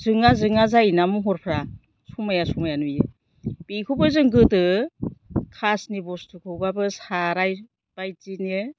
जोङा जोङा जायोना महरफ्रा समाया समाया नुयो बेखौबो जों गोदो खासनि बुस्थुखौबाबो साराय सुराय बिदिनो